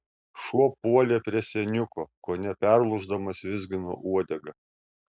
šuo puolė prie seniuko kone perlūždamas vizgino uodegą